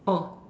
oh